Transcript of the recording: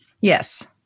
yes